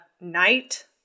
night